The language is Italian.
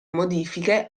modifiche